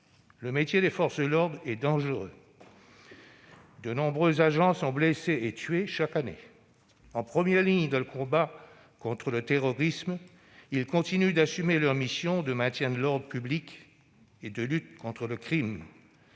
Le métier des forces de l'ordre est dangereux. De nombreux agents sont blessés et tués chaque année. En première ligne dans le combat contre le terrorisme, ils continuent d'assumer leurs missions de maintien de l'ordre public et de lutte contre le crime.